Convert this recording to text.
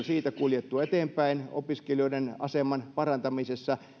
siitä kulkeneet eteenpäin opiskelijoiden aseman parantamisessa